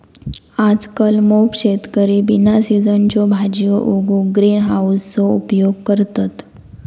आजकल मोप शेतकरी बिना सिझनच्यो भाजीयो उगवूक ग्रीन हाउसचो उपयोग करतत